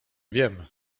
wiem